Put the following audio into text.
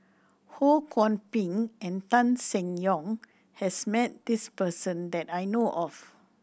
Ho Kwon Ping and Tan Seng Yong has met this person that I know of